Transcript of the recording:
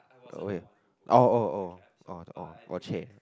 oh wait oh oh oh orh orh orh chey